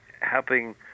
helping